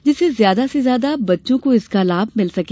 जिससे ज्यादा से ज्यादा बच्चों का इसका लाभ मिल सके